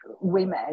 women